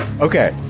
Okay